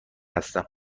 هستم